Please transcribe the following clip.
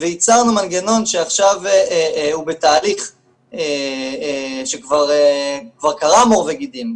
וייצרנו מנגנון שעכשיו הוא בתהליך שכבר קרם עור וגידים,